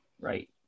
Right